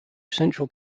central